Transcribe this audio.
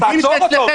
אז תעזוב אותו.